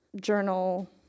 journal